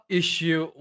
issue